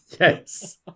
Yes